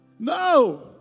No